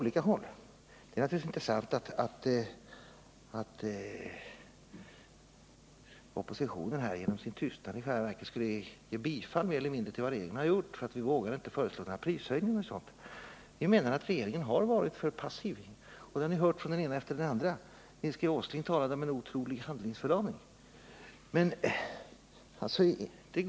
Naturligtvis är det inte sant att oppositionen genom sin tystnad i själva verket mer eller mindre har gett sitt bifall till vad regeringen har gjort, därför att vi inte skulle ha vågat föreslå prishöjningar och sådant. Vi menar att regeringen har varit för passiv, och det har ni fått höra här i dag av den ena av oss efter den andra. Nils G. Åsling talade om en otrolig handlingsförlamning. Det stämmer i och för sig rätt väl med min kritik.